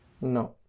No